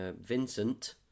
vincent